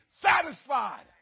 satisfied